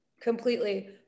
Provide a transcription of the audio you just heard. Completely